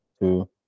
two